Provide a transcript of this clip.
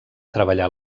treballar